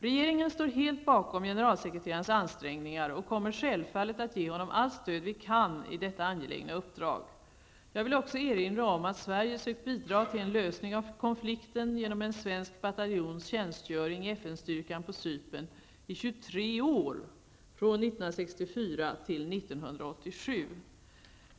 Regeringen står helt bakom generalsekreterarens ansträngningar och kommer självfallet att ge honom allt stöd vi kan i detta angelägna uppdrag. Jag vill också erinra om att Sverige sökt bidra till en lösning av konflikten genom en svensk bataljons tjänstgöring i FN-styrkan på Cypern i 23 år, från 1964 till 1987.